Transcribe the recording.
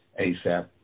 ASAP